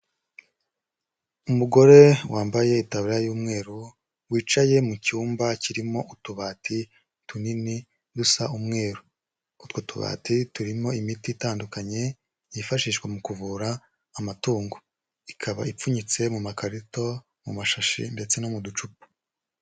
Uugore wambaye itaburiya y'umweru wicaye mu cyumba kirimo utubati tunini dusa umweru, utwo tubati turimo imiti itandukanye yifashishwa mu kuvura amatungo, ikaba ipfunyitse mu makarito, mu mashashi ndetse no mu ducupa.